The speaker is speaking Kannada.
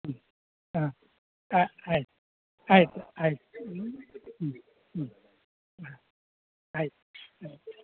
ಹ್ಞೂ ಹಾಂ ಹಾಂ ಆಯ್ತು ಆಯ್ತು ಆಯ್ತು ಹ್ಞೂ ಹ್ಞೂ ಹ್ಞೂ ಹ್ಞೂ ಆಯ್ತು ಹ್ಞೂ